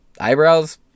Eyebrows